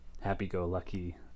happy-go-lucky